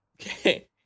Okay